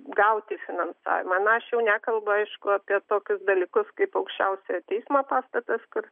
gauti finansavimą na aš jau nekalbu aišku apie tokius dalykus kaip aukščiausiojo teismo pastatas kur